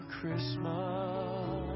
Christmas